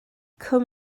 come